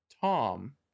Tom